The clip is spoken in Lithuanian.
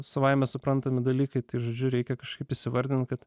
savaime suprantami dalykai tai žodžiu reikia kažkaip įsivardint kad